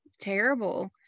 terrible